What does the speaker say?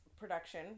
production